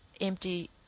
empty